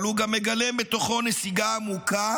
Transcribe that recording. אבל הוא גם מגלם בתוכו נסיגה עמוקה